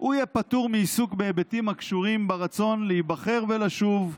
הוא יהיה פטור מעיסוק בהיבטים הקשורים ברצון להיבחר ולשוב,